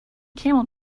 camel